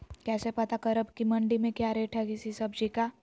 कैसे पता करब की मंडी में क्या रेट है किसी सब्जी का?